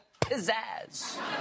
pizzazz